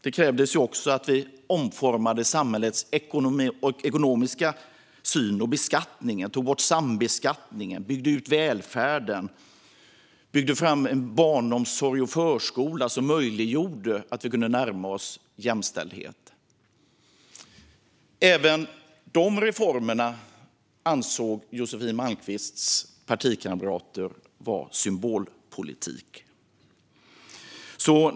Det krävdes också att vi omformade samhällets ekonomiska syn och beskattningen. Vi tog bort sambeskattningen, byggde ut välfärden och byggde fram en barnomsorg och förskola som möjliggjorde att vi kunde närma oss jämställdhet. Även de reformerna ansåg Josefin Malmqvists partikamrater vara symbolpolitik.